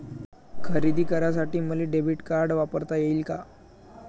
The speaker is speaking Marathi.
खरेदी करासाठी मले डेबिट कार्ड वापरता येईन का?